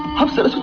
upset